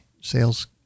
sales